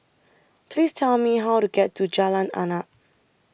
Please Tell Me How to get to Jalan Arnap